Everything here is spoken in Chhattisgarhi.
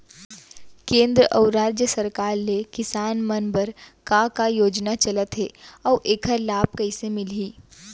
केंद्र अऊ राज्य सरकार ले किसान मन बर का का योजना चलत हे अऊ एखर लाभ कइसे मिलही?